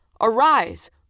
Arise